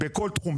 בכל תחום,